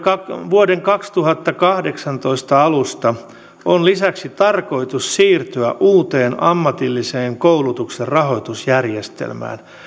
vuoden kaksituhattakahdeksantoista alusta on lisäksi tarkoitus siirtyä uuteen ammatillisen koulutuksen rahoitusjärjestelmään